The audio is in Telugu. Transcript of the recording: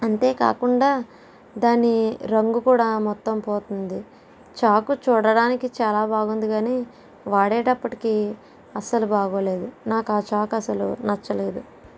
అంతేకాకుండా దాని రంగు కూడా మొత్తం పోతుంది చాకు చూడడానికి చాలా బాగుంది కానీ వాడేటప్పటికీ అస్సలు బాగోలేదు నాకు ఆ చాకు అసలు నచ్చలేదు